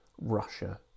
Russia